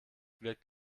wirkt